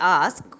ask